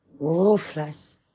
ruthless